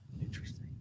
Interesting